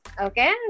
Okay